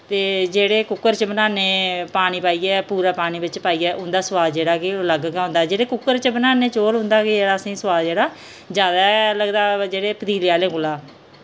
ते जेह्ड़े कुकर च बनाने पानी पाइयै पूरा पानी बिच पाइयै उं'दा स्वाद जेह्ड़ा के अलग गै होंदा ऐ जेह्ड़े कुक्कर च बनाने चौल उं'दा बी असें सुआद जेह्ड़ा जैदा लगदा पतीले आह्ले कोला